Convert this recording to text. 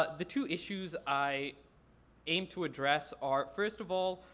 ah the two issues i aim to address are, first of all,